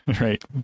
right